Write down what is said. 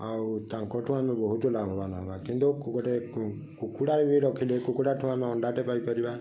ଆଉ ତାଙ୍କଠୁ ଆମେ ବହୁତ ଲାଭବାନ ହେବା କିନ୍ତୁ ଗୋଟେ କୁକୁଡ଼ା ବି ରଖିଲେ କୁକୁଡ଼ାଠୁ ଆମେ ଅଣ୍ଡାଟେ ପାଇ ପାରିବା